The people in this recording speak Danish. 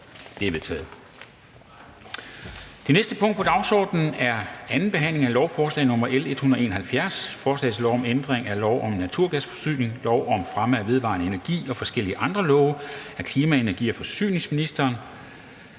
Det er vedtaget. --- Det næste punkt på dagsordenen er: 12) 2. behandling af lovforslag nr. L 171: Forslag til lov om ændring af lov om naturgasforsyning, lov om fremme af vedvarende energi og forskellige andre love. (Indpasning af gas fra